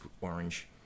orange